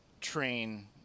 train